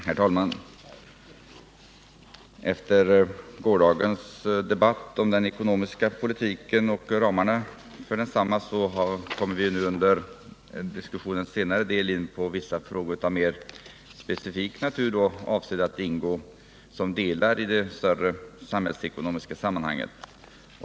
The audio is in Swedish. Herr talman! Efter gårdagens debatt om den ekonomiska politiken och ramarna för densamma kommer vi nu, under diskussionens senare del, in på vissa frågor av mer specifik natur avsedda att ingå som delar i det större samhällsekonomiska sammanhanget.